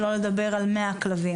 שלא לדבר על 100 כלבים.